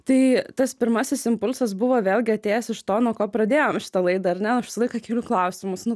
tai tas pirmasis impulsas buvo vėlgi atėjęs iš to nuo ko pradėjom šitą laidą ar ne aš visą laiką keliu klausimus nu